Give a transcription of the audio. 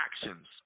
actions